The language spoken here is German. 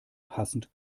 passend